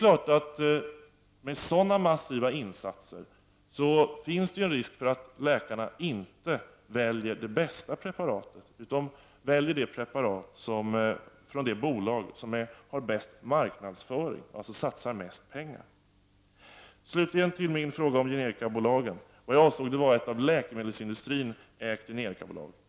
När det görs sådana massiva insatser finns det ju en risk för att läkarna inte väljer det bästa preparatet. De väljer ett preparat från det bolag som har bäst marknadsföring, alltså satsar mest pengar. Slutligen till min fråga om generikabolagen. Vad jag avsåg var ett av läkemedelsindustrin ägt generikabolag.